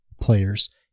players